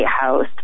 House